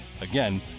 again